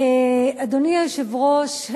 אדוני היושב-ראש,